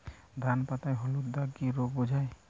ধান পাতায় হলুদ দাগ কি রোগ বোঝায়?